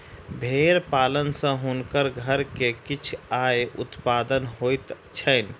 भेड़ पालन सॅ हुनकर घर में किछ आयक उत्पादन होइत छैन